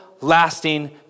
lasting